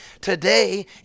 today